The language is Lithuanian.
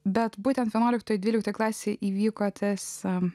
bet būtent vienuoliktoje dvyliktoje klasėje įvyko tiesa